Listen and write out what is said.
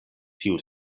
tiu